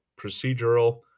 procedural